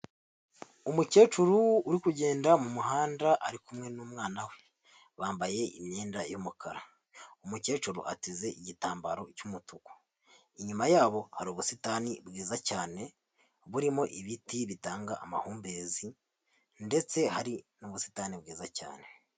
Umukecuru uri kugenda mu muhanda ari kumwe n'umwana we, bambaye imyenda y'umukara, umukecuru ateze igitambaro cy'umutuku, inyuma yabo hari ubusitani bwiza cyane burimo ibiti bitanga amahumbezi ndetse hari n'ubusitani bwiza cyane.